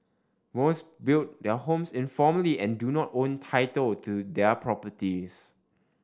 most built their homes informally and do not own title to their properties